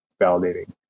validating